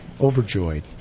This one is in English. overjoyed